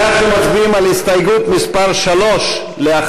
מיכל בירן, נחמן שי, קסניה